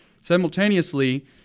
Simultaneously